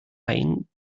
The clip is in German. ein